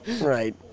Right